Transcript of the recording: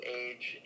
age